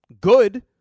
good